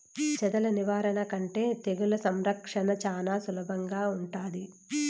చెదల నివారణ కంటే తెగుళ్ల సంరక్షణ చానా సులభంగా ఉంటాది